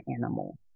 animal